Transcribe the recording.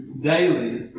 daily